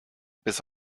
bis